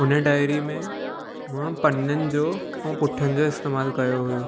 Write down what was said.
उन डायरी में मां पन्ननि जो ऐं पुठनि जो इस्तेमालु कयो हुयो